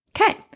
Okay